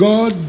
God